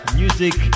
music